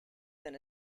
than